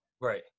right